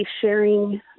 sharing